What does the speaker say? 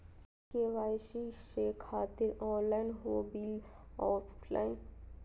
KYC से खातिर online हो बिल ऑफलाइन?